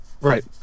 Right